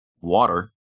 water